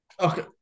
Okay